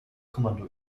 kommando